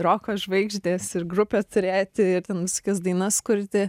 roko žvaigždės ir grupę turėti ir ten visokias dainas kurti